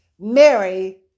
Mary